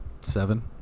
Seven